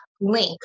link